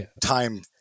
time